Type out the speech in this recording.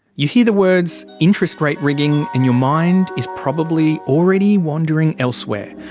you hear the words interest rate rigging and your mind is probably already wandering elsewhere.